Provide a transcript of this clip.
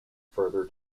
further